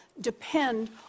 depend